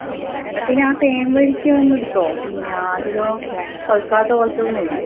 ആ ആ എന്നാൽ പിന്നെ ആ തേൻവരിക്ക ഒന്ന് എടുത്തോ പിന്നെ അധികം പഴുക്കാത്ത പോലത്തേത് മതി